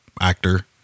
actor